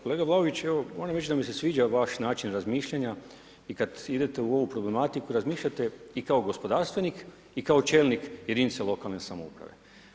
Kolega Vlaović evo moram reći da mi se sviđa vaš način razmišljanja i kad idete u ovu problematiku razmišljate i kao gospodarstvenik i kao čelnik jedinice lokalne samouprave.